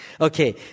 Okay